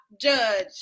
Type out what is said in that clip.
Judge